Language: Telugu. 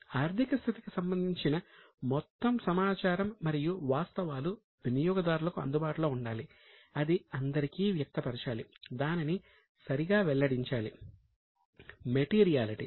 ఆర్థిక స్థితికి సంబంధించిన మొత్తం సమాచారం మరియు వాస్తవాలు వినియోగదారులకు అందుబాటులో ఉండాలి అది అందరికీ వ్యక్తపరచాలి